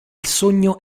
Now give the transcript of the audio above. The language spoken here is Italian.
sogno